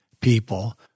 People